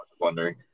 wondering